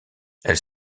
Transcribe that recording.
elles